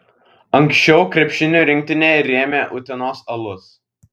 anksčiau krepšinio rinktinę rėmė utenos alus